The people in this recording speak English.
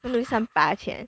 then maybe 剩八千